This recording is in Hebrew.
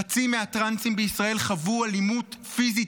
חצי מהטרנסים בישראל חוו אלימות פיזית.